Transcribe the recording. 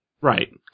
Right